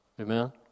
Amen